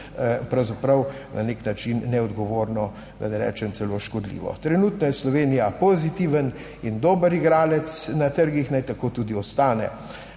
pravzaprav, na nek način neodgovorno, da ne rečem celo škodljivo. Trenutno je Slovenija pozitiven in dober igralec na trgih. Naj tako tudi ostane,